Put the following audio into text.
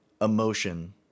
emotion